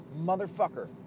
motherfucker